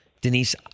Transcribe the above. Denise